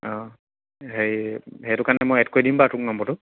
অঁ হেৰি সেইটো কাৰণে মই এড কৰি দিম বাৰু তোক নম্বটো